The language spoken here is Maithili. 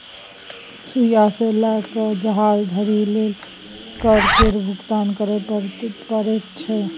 सुइया सँ लए कए जहाज धरि लेल कर केर भुगतान करय परैत छै